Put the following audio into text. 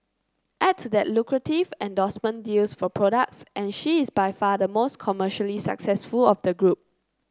add to that lucrative endorsement deals for products and she is by far the most commercially successful of the group